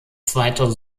zweiter